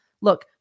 Look